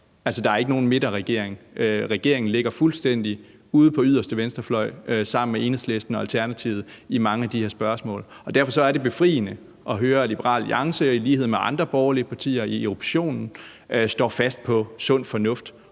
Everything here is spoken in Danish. Der er ikke nogen midterregering. Regeringen ligger fuldstændig ude på den yderste venstrefløj sammen med Enhedslisten og Alternativet i mange af de her spørgsmål. Derfor er det befriende at høre, at Liberal Alliance i lighed med andre borgerlige partier i oppositionen står fast på sund fornuft